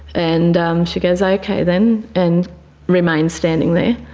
and um she goes, okay then and remains standing there,